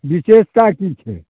विशेषता की छै